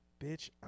bitch